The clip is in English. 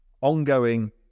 ongoing